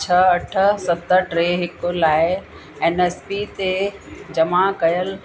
छह अठ सत टे हिकु लाइ एन एस पी ते जमा कयलु